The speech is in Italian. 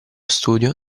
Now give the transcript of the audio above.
studio